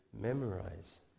memorize